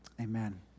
Amen